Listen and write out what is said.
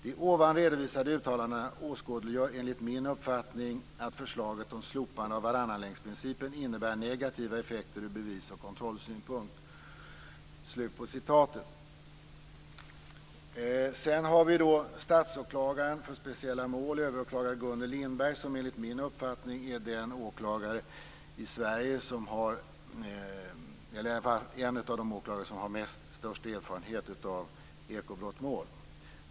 De ovan redovisade uttalandena åskådliggör enligt min uppfattning att förslaget om slopande av varannanlänksprincipen innebär negativa effekter ur bevisoch kontrollsynpunkt." Sedan har vi statsåklagaren för speciella mål, överåklagare Gunnel Lindberg, som enligt min uppfattning är en av de åklagare i Sverige som har störst erfarenhet av ekobrottmål.